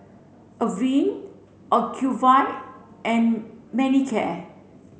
Avene Ocuvite and Manicare